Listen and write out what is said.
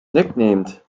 nicknamed